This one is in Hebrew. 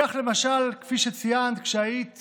למשל, כפי שציינת, כשהיית